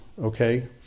okay